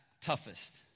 toughest